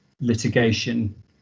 litigation